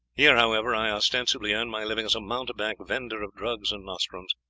here, however, i ostensibly earn my living as a mountebank vendor of drugs and nostrums,